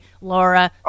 Laura